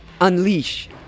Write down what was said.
unleash